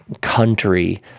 country